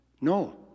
No